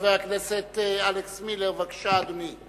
חבר הכנסת אלכס מילר, בבקשה, אדוני.